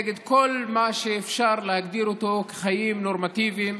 נגד כל מה שאפשר להגדיר אותו חיים נורמטיביים.